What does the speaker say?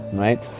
right?